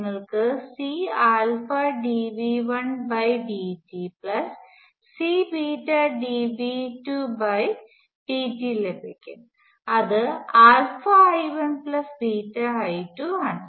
നിങ്ങൾക്ക് Cdv1dtCdv2dt ലഭിക്കും അത് I1I2ആണ്